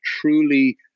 truly